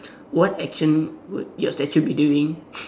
what action would your statue be doing